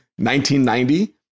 1990